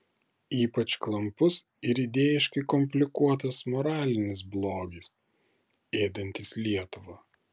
ypač klampus ir idėjiškai komplikuotas moralinis blogis ėdantis lietuvą